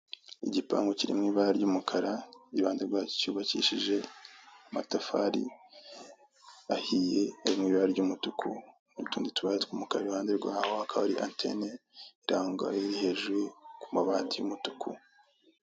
Igipangu kiri mu ibara ry'umukara i ruhande rwacyo cyubakishije amatafari ahire ari mu ibara ry'umutuku n'utundi tubara tw'umukara i ruhande rwaho hakaba hari anteni iri aho ngaho iri hejuru ku amabati y'umutuku.